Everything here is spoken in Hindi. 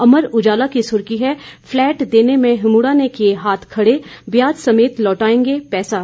अमर उजाला की सुर्खी है फ्लैट देने में हिमुडा ने किए हाथ खड़े ब्याज समेत लौटाएंगे पैसा